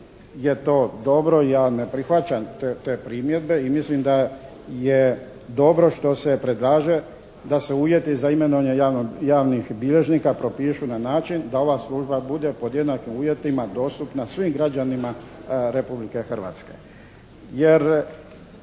ja ne prihvaćam te primjedbe i mislim da je dobro što se predlaže da se uvjeti za imenovanje javnih bilježnika propišu na način da ova služba bude pod jednakim uvjetima dostupna svim građanima Republike Hrvatske.